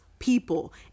people